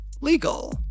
legal